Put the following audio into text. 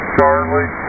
Charlie